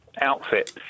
outfit